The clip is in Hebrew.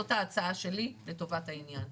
זאת ההצעה שלי לטובת העניין.